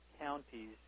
counties